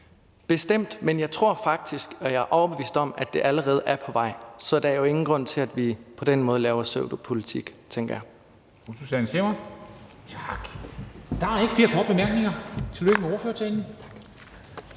Bestemt, men jeg tror faktisk og jeg er overbevist om, at det allerede er på vej, så der er jo ingen grund til, at vi på den måde laver pseudopolitik, tænker jeg.